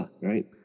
right